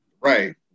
right